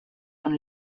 von